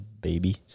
baby